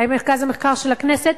מרכז המחקר של הכנסת,